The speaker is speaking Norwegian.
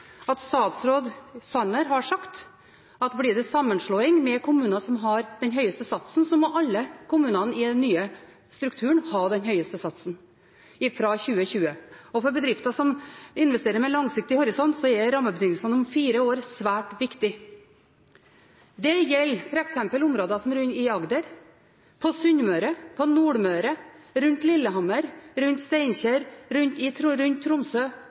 at statsråd Sanner har sagt at blir det sammenslåing med en kommune som har den høyeste satsen, må alle kommunene i den nye strukturen ha den høyeste satsen fra 2020. For bedrifter som investerer med langsiktig horisont, er rammebetingelsene om fire år svært viktig. Det gjelder f.eks. områder i Agder, på Sunnmøre, på Nordmøre, rundt Lillehammer, rundt Steinkjer, rundt Tromsø og i